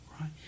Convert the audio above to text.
right